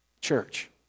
Church